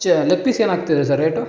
ಚ leg piece ಏನಾಗ್ತಿದೆ sir rate